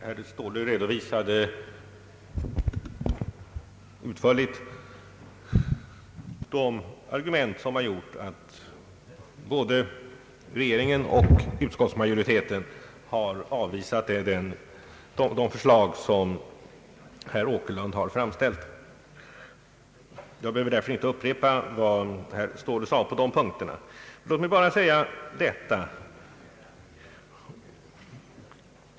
Herr Ståhle redovisade utförligt de argument som har föranlett både regeringen och utskottsmajoriteten att avvisa de förslag som herr Åkerlund har framställt. Jag behöver därför inte upprepa vad herr Ståhle anförde på dessa punkter. Låt mig bara säga följande.